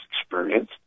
experience